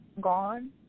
gone